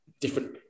different